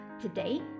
Today